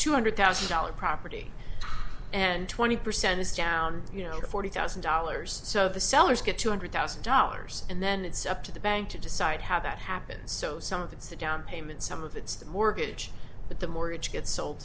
two hundred thousand dollars property and twenty percent is down you know forty thousand dollars so the sellers get two hundred thousand dollars and then it's up to the bank to decide how that happens so it's a down payment some of it's the mortgage but the mortgage gets sold